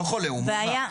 לא חולה, הוא מאומת.